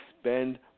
spend